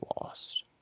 lost